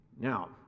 Now